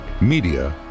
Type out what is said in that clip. Media